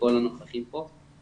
כל הנוכחים כאן.